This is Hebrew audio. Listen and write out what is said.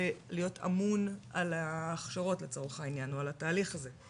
להיות אמון על ההכשרות לצורך העניין או על התהליך הזה?